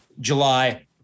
July